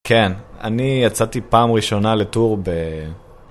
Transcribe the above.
כן, אני יצאתי פעם ראשונה לטור ב...